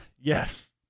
Yes